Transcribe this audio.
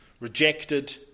rejected